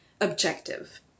objective